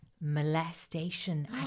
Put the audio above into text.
molestation